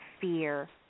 fear